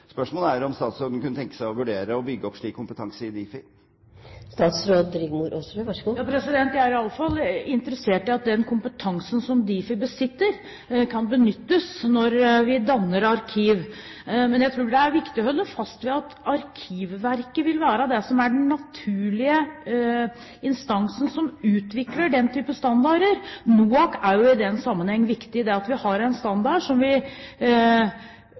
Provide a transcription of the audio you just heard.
Spørsmålet er om statsråden kunne tenke seg å vurdere å bygge opp slik kompetanse i Difi. Jeg er iallfall interessert i at den kompetansen som Difi besitter, kan benyttes når vi danner arkiv. Men jeg tror det er viktig å holde fast ved at Arkivverket vil være den naturlige instansen til å utvikle den type standarder. NOARK er i den sammenheng viktig – det at vi har en standard som vi